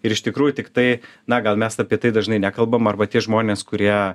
ir iš tikrųjų tiktai na gal mes apie tai dažnai nekalbam arba tie žmonės kurie